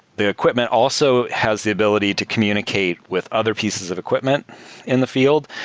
the equipment also has the ability to communicate with other pieces of equipment in the field.